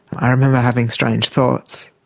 i remember having strange thoughts,